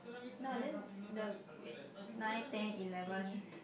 no then the wait nine ten eleven